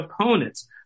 opponents